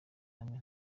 hamwe